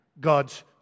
God's